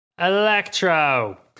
Electro